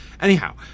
Anyhow